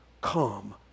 come